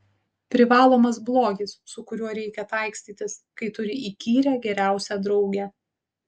privalomas blogis su kuriuo reikia taikstytis kai turi įkyrią geriausią draugę